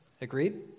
Agreed